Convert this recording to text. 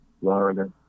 Florida